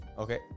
Okay